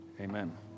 amen